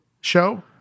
show